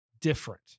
different